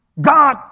God